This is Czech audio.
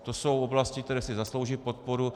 To jsou oblasti, které si zaslouží podporu.